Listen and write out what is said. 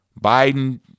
Biden